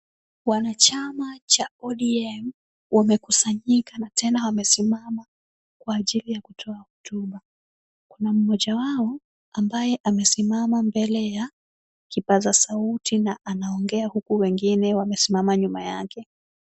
Wanachama cha ODM wamekusanyika na tena wamesimama kwa ajili ya kutoa hotuba. Kuna mmoja wao ambaye amesimama mbele ya kipaza sauti na anaongea huku wengine wamesimama nyuma yake.